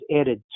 added